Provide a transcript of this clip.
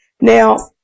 Now